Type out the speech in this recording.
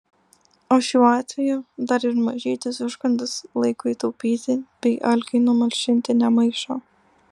o šiuo atveju dar ir mažytis užkandis laikui taupyti bei alkiui numalšinti nemaišo